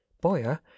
Boyer